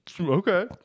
Okay